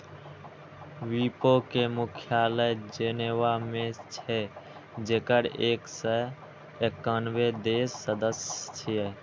विपो के मुख्यालय जेनेवा मे छै, जेकर एक सय एकानबे देश सदस्य छियै